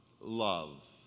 love